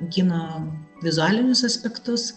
kino vizualinius aspektus